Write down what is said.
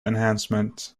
enhancement